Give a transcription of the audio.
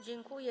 Dziękuję.